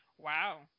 Wow